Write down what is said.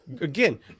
again